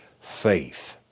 faith